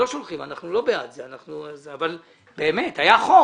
לא שולחים, אנחנו לא בעד זה, אבל באמת, היה חוק.